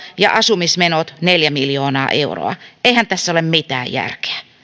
ja asumismenot neljä miljoonaa euroa eihän tässä ole mitään järkeä